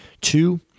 Two